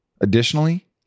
Additionally